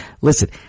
Listen